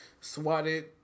swatted